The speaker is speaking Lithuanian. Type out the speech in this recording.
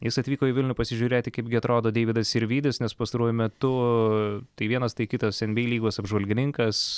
jis atvyko į vilnių pasižiūrėti kaipgi atrodo deividas sirvydis nes pastaruoju metu tai vienas tai kitas nba lygos apžvalgininkas